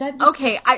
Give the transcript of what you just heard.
Okay